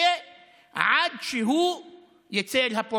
תמשיך לעקוב אחר הנושא עד שהוא יצא אל הפועל,